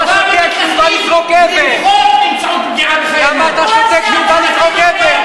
לא שמעתי אותך מותח ביקורת על יהודים שירו ופצעו חיילים,